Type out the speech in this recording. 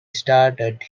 started